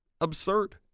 absurd